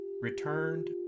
returned